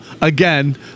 again